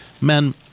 Men